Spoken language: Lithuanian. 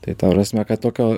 tai ta prasme kad tokio